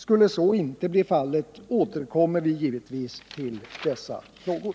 Skulle så inte bli fallet, återkommer vi givetvis till dessa frågor.